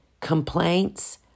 complaints